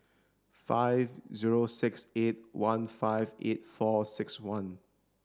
five zero six eight one five eight four six one